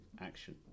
action